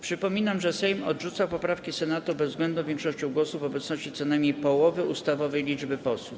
Przypominam, że Sejm odrzuca poprawki Senatu bezwzględną większością głosów w obecności co najmniej połowy ustawowej liczby posłów.